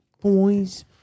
boys